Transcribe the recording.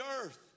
earth